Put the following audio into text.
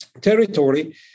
territory